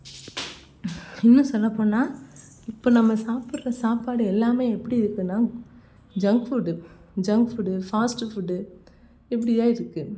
இன்னும் சொல்லப்போனால் இப்போ நம்ம சாப்பிடுற சாப்பாடு எல்லாம் எப்படி இருக்கும்னா junk food junk food fast food இப்படியாக இருக்குது